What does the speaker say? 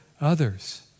others